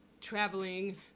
traveling